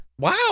Wow